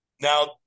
now